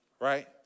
Right